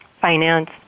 finance